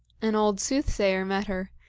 an old soothsayer met her,